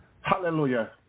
Hallelujah